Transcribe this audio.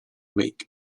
week